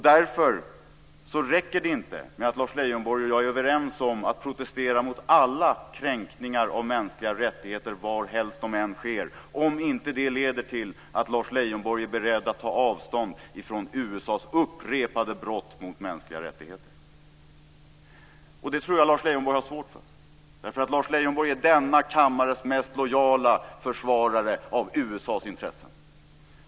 Därför räcker det inte med att Lars Leijonborg och jag är överens om att protestera mot alla kränkningar av mänskliga rättigheter varhelst de än sker om det inte leder till att Lars Leijonborg är beredd att ta avstånd från USA:s upprepade brott mot mänskliga rättigheter. Det tror jag att Lars Leijonborg har svårt för. Lars Leijonborg är denna kammares mest lojala försvarare av USA:s intressen.